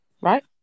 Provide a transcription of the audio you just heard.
right